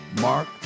Mark